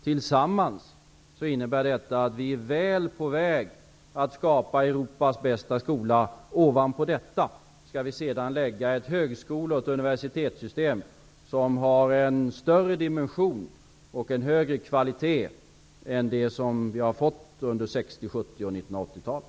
Tillsammans innebär detta att vi är på god väg att skapa Europas bästa skola. Ovanpå detta skall vi sedan lägga ett högskole och universitetssystem som har en större dimension och en högre kvalitet än vad som gällde under 60-, 70 och 80-talen.